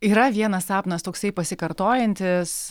yra vienas sapnas toksai pasikartojantis